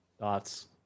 Thoughts